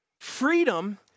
Freedom